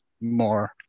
more